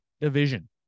Division